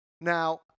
Now